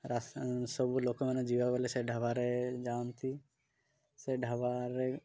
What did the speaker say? ରାସ ସବୁ ଲୋକମାନେ ଯିବା ବେଳେ ସେ ଢାବାରେ ଯାଆନ୍ତି ସେ ଢାବାରେ